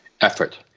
effort